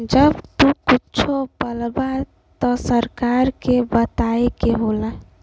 जब तू कुच्छो पलबा त सरकार के बताए के होला